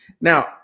Now